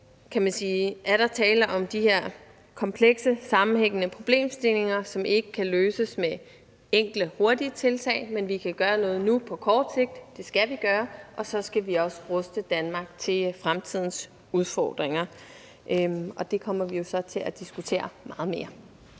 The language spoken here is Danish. Grundlæggende er der tale om de her komplekse, sammenhængende problemstillinger, som ikke kan løses med enkle, hurtige tiltag, men vi kan gøre noget nu på kort sigt, og det skal vi gøre, og så skal vi også ruste Danmark til fremtidens udfordringer. Det kommer vi så til at diskutere meget mere.